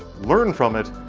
learn from it,